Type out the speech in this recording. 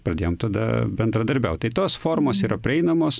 pradėjom tada bendradarbiaut tos formos yra prieinamos